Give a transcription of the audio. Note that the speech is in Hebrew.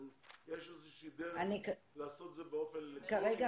יש איזה שהיא דרך לעשות את זה באופן אלקטרוני?